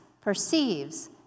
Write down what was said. perceives